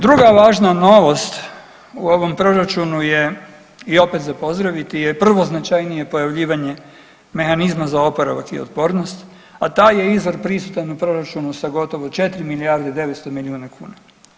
Druga važna novost u ovom proračunu je i opet za pozdraviti je prvo značajnije pojavljivanje mehanizma za oporavak i otpornost, a taj je izvor prisutan u proračunu sa gotovo 4 milijarde 900 miliona kuna.